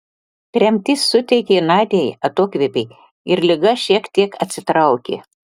tremtis suteikė nadiai atokvėpį ir liga šiek tiek atsitraukė